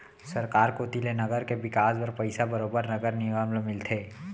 सरकार कोती ले नगर के बिकास बर पइसा बरोबर नगर निगम ल मिलथे